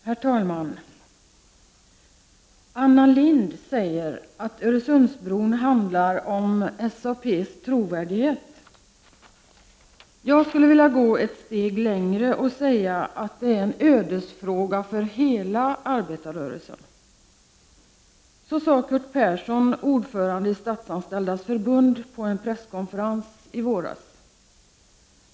Herr talman! ”Anna Lindh säger att Öresundsbron handlar om SAP:s trovärdighet. Jag skulle vilja gå ett steg längre och säga att det är en ödesfråga för hela arbetarrörelsen.” Så sade Curt Persson, ordförande i Statsanställdas Förbund på en presskonferens i våras.